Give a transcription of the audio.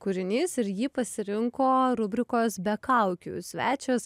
kūrinys ir jį pasirinko rubrikos be kaukių svečias